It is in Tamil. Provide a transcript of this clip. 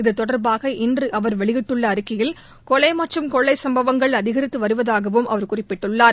இது தொடர்பாக இன்று அவர் வெளியிட்டுள்ள அறிக்கையில் கொலை மற்றும் கொள்ளை சம்பவங்கள் அதிகரித்து வருவதாக அவர் குறிப்பிட்டுள்ளார்